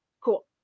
Cool